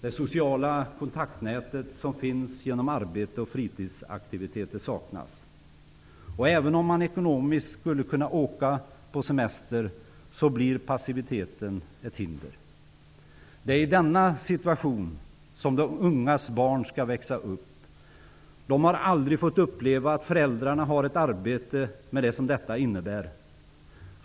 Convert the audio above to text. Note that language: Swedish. Det sociala kontaktnät som uppstår genom arbete och fritidsaktiviteter saknas. Även om man ekonomiskt sett skulle kunna åka på semester, blir passiviteten ett hinder. I denna situation skall de ungas barn växa upp. De har aldrig fått uppleva att föräldrarna har ett arbete med allt vad detta innebär.